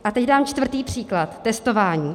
A teď dám čtvrtý příklad, testování.